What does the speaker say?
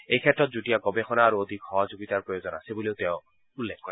এই ক্ষেত্ৰত যুটীয়া গৱেষণা আৰু অধিক সহযোগীতাৰ প্ৰয়োজন আছে বুলিও তেওঁ উল্লেখ কৰে